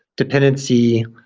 dependency,